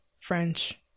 French